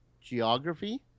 geography